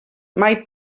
mai